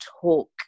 talk